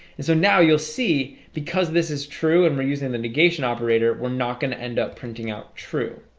and so now you'll see because this is true and we're using the negation operator. we're not going to end up printing out true